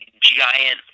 giant